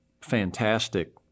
fantastic